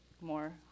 more